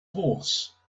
horse